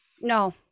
no